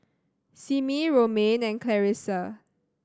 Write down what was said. Simmie Romaine and Clarissa